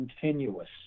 continuous